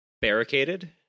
barricaded